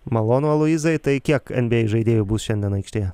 malonu aloyzai tai kiek nba žaidėjų bus šiandien aikštėje